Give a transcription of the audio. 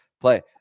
play